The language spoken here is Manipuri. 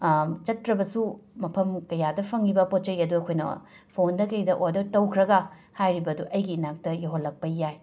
ꯆꯠꯇ꯭ꯔꯕꯁꯨ ꯃꯐꯝ ꯀꯌꯥꯗ ꯐꯪꯂꯤꯕ ꯄꯣꯠ ꯆꯩ ꯑꯗꯣ ꯑꯩꯈꯣꯏꯅ ꯐꯣꯟꯗ ꯀꯩꯗ ꯑꯣꯗꯔ ꯇꯧꯈ꯭ꯔꯒ ꯍꯥꯏꯔꯤꯕ ꯑꯗꯨ ꯑꯩꯒꯤ ꯅꯥꯛꯇ ꯌꯧꯍꯜꯂꯛꯄ ꯌꯥꯏ